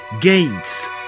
Gates